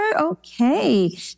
Okay